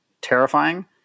terrifying